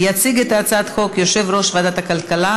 יציג את הצעת החוק יושב-ראש ועדת הכלכלה,